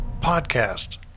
Podcast